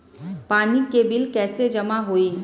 पानी के बिल कैसे जमा होयी?